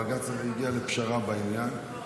בג"ץ הגיע לפשרה בעניין,